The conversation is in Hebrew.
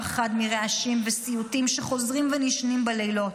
פחד מרעשים וסיוטים שחוזרים ונשנים בלילות,